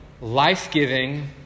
life-giving